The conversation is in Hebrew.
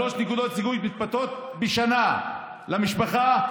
3 נקודות זיכוי מתבטאות בשנה למשפחה,